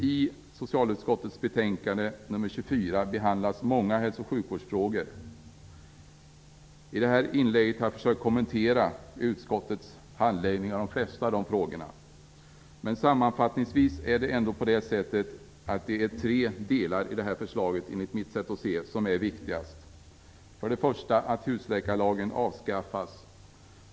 I socialutskottets betänkande nr 24 behandlas många hälso och sjukvårdsfrågor. Med detta inlägg har jag försökt att kommentera utskottets handläggning av de flesta av dessa frågor. Men sammanfattningsvis är det ändå tre delar i detta förslag som, enligt mitt sätt att se det, är viktigast: För det första att husläkarlagen avskaffas.